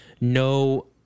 no